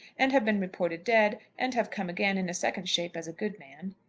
and have been reported dead, and have come again, in a second shape, as a good man.